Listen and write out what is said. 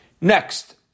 Next